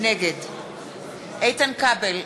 נגד איתן כבל,